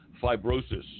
fibrosis